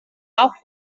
auch